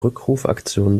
rückrufaktion